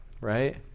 right